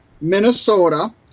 Minnesota